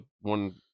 one